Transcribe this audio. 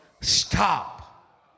stop